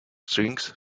strings